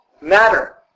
matter